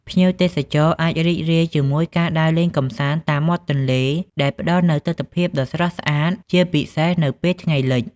ភ្ញៀវទេសចរអាចរីករាយជាមួយការដើរលេងកម្សាន្តតាមមាត់ទន្លេ ដែលផ្តល់នូវទិដ្ឋភាពដ៏ស្រស់ស្អាត ជាពិសេសនៅពេលថ្ងៃលិច។